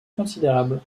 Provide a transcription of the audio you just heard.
considérable